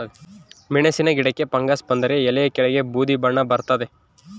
ಮೆಣಸಿನ ಗಿಡಕ್ಕೆ ಫಂಗಸ್ ಬಂದರೆ ಎಲೆಯ ಕೆಳಗೆ ಬೂದಿ ಬಣ್ಣ ಬರ್ತಾದೆ